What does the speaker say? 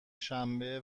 شنبه